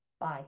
Bye